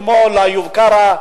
כמו לאיוב קרא,